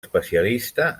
especialista